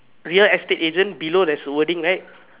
real estate agent below there's a wording right